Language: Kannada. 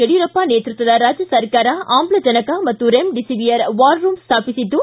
ಯಡಿಯೂರಪ್ಪ ನೇತೃತ್ವದ ರಾಜ್ಯ ಸರ್ಕಾರ ಆಮ್ಲಜನಕ ಮತ್ತು ರೆಮ್ಡಿಸಿವಿರ್ ವಾರ್ರೂಮ್ ಸ್ಥಾಪಿಸಿದ್ದು